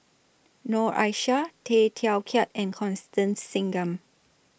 Noor Aishah Tay Teow Kiat and Constance Singam